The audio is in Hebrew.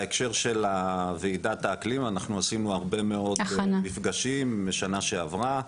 בהקשר של ועידת האקלים עשינו הרבה מאוד מפגשים בשנה שעברה.